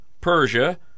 Persia